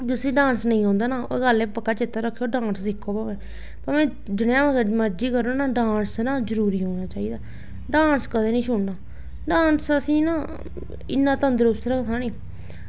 जिसी डांस निं औंदा ना ओह् गल्ल एह् पक्का चेता रक्खग ते डांस सिक्खग भामें जनेहा मरज़ी करो ना पर डांस जरूर करो डांस कदें निं छुड़ना डांस असें ई ना इन्ना तंदरुस्त रखदा नी